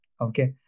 Okay